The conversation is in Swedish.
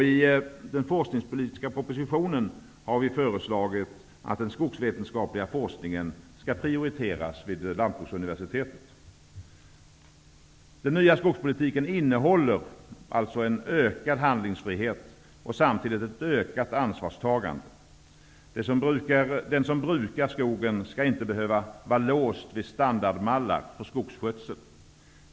I den forskningspolitiska propositionen har vi föreslagit att den skogsvetenskapliga forskningen skall prioriteras vid Lantbruksuniversitetet. Den nya skogspolitiken innehåller alltså en ökad handlingsfrihet och samtidigt ett ökat ansvarstagande. Den som brukar skogen skall inte behöva vara låst vid standardmallar för skogsskötsel.